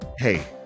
Hey